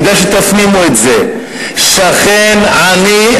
כדאי שתפנימו את זה: שכן עני,